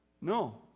No